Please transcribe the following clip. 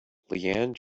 leanne